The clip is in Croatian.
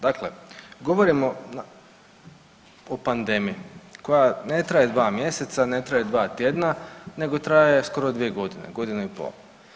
Dakle, govorimo o pandemiji koja ne traje dva mjeseca, ne traje dva tjedna nego traje skoro 2.g., godinu i pol.